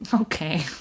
okay